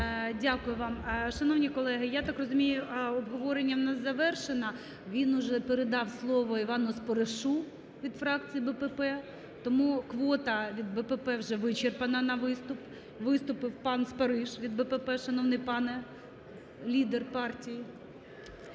Дякую вам. Шановні колеги, я так розумію, обговорення в нас завершено. Він уже передав слово Івану Споришу від фракції БПП, тому квота від БПП вже вичерпана на виступ. Виступив пан Спориш від БПП, шановний пане лідер партії.